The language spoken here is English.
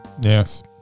yes